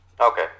Okay